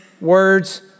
words